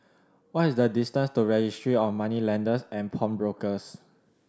what is the distance to Registry of Moneylenders and Pawnbrokers